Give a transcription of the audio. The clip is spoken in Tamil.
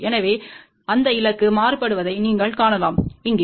எனவே அந்த இலக்கு மாற்றப்படுவதை நீங்கள் காணலாம் இங்கே